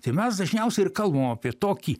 tai mes dažniausiai ir kalbam apie tokį